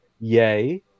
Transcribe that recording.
Yay